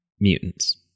mutants